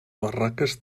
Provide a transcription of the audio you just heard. barraques